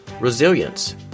Resilience